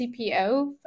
CPO